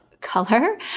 color